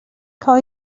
call